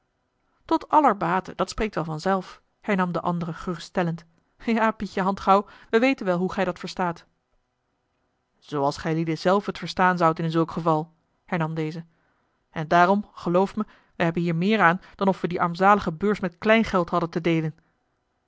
aller bate dat spreekt wel van zelf hernam de andere geruststellend ja pietje handgauw wij weten wel hoe gij dat verstaat zooals gijlieden zelf het verstaan zoudt in zulk geval hernam deze en daarom geloof me we hebben hier meer aan dan of we die armzalige beurs met kleingeld hadden te deelen